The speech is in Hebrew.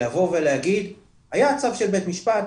לבוא ולהגיד היה צו של בית משפט,